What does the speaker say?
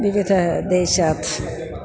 विविधदेशात्